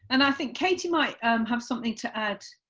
and i think katie might um have something to add,